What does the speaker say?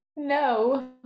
no